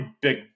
big